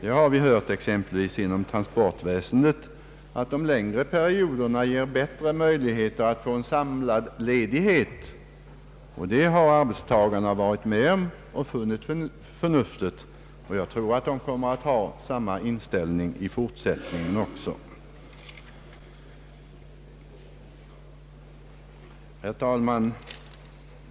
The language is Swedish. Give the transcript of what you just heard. Vi har hört att exempelvis inom transportväsendet de längre perioderna ger bättre möjligheter att få en samlad ledighet, och det har arbetstagarna varit med om att införa och funnit förnuftigt. Jag tror att de kommer att ha samma inställning även i fortsättningen. Herr talman!